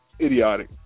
idiotic